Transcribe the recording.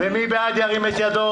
מי נגד?